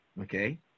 Okay